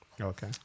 Okay